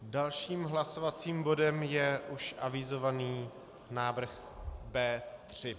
Dalším hlasovacím bodem je už avizovaný návrh B3.